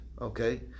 okay